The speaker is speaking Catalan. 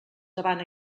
davant